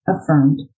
affirmed